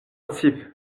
type